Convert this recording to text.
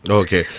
okay